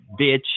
bitch